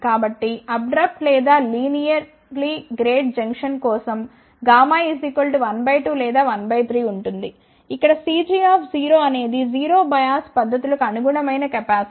కాబట్టి అబ్రప్ట్ లేదా linearly grade junction కోసం γ 12లేదా 13 ఉంటుంది ఇక్కడ Cj0 అనేది 0 బయాస్ పరిస్థితులకు అనుగుణమైన కెపాసిటెన్స్